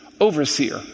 overseer